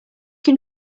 can